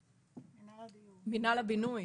במנהל הבינוי